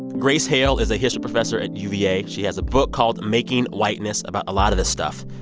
grace hale is a history professor at uva. she has a book called making whiteness about a lot of this stuff.